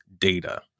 data